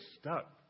stuck